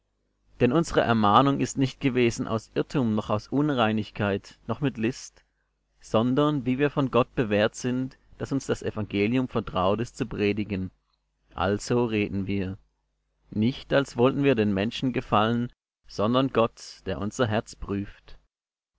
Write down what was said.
denn unsere ermahnung ist nicht gewesen aus irrtum noch aus unreinigkeit noch mit list sondern wie wir von gott bewährt sind daß uns das evangelium vertraut ist zu predigen also reden wir nicht als wollten wir den menschen gefallen sondern gott der unser herz prüft